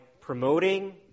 promoting